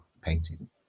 painting